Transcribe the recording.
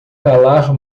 calar